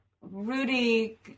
Rudy